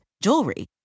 jewelry